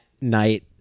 night